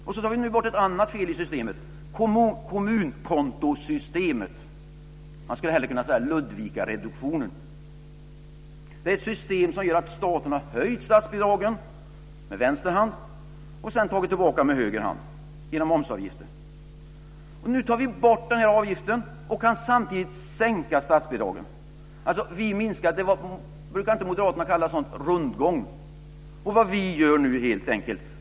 Vi tar nu också bort ett annat fel i systemet, nämligen kommunkontosystemet. Man skulle hellre kunna säga Ludvikareduktionen. Det är ett system som gör att staten har höjt statsbidragen med vänster hand och sedan tagit tillbaka pengar med höger hand genom momsavgifter. Nu tar vi bort den här avgiften och kan samtidigt sänka statsbidragen. Brukar inte moderaterna kalla sådant rundgång? Vi har lyssnat på moderaterna.